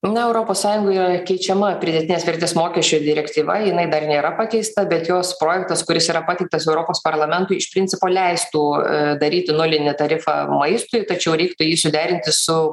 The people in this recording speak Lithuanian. na europos sąjungoje yra keičiama pridėtinės vertės mokesčio direktyva jinai dar nėra pakeista bet jos projektas kuris yra pateiktas europos parlamentui iš principo leistų daryti nulinį tarifą maistui tačiau reiktų jį suderinti su